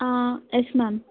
yes ma'am